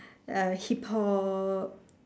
uh Hip hop